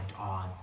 on